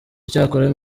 icyakora